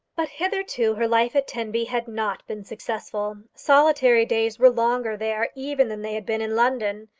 but hitherto her life at tenby had not been successful. solitary days were longer there even than they had been in london.